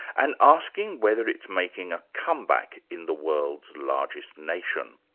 and asking whether it's making a comeback in the world's largest nation.